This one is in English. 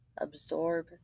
absorb